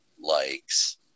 likes